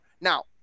Now